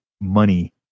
money